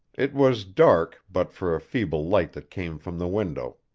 it was dark but for a feeble light that came from the window.